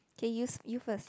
K you you first